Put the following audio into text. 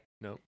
Nope